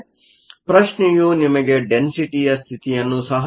ಆದ್ದರಿಂದ ಪ್ರಶ್ನೆಯು ನಿಮಗೆ ಡೆನ್ಸಿಟಿಯ ಸ್ಥಿತಿಯನ್ನು ಸಹ ನೀಡುತ್ತದೆ